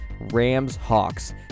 Rams-Hawks